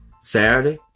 Saturday